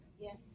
Yes